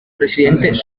residentes